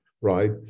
right